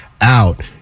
out